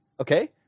Okay